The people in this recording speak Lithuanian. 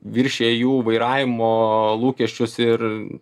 viršija jų vairavimo lūkesčius ir